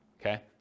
okay